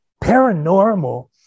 Paranormal